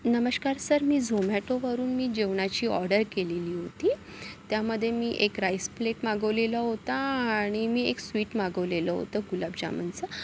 नमस्कार सर मी झोमॅटोवरून मी जेवणाची ऑर्डर केलेली होती त्यामध्ये मी एक राईस प्लेट मागवलेला होता आणि एक स्वीट मागवलेलं होतं गुलाबजामुनचं